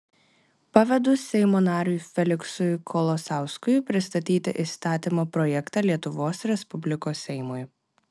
pavedu seimo nariui feliksui kolosauskui pristatyti įstatymo projektą lietuvos respublikos seimui